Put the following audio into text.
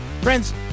Friends